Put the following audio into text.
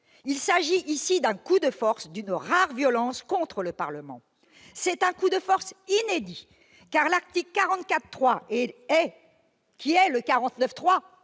il s'agit d'un coup de force d'une rare violence contre le Parlement ! C'est un coup de force inédit, car l'article 44, alinéa 3,